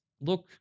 look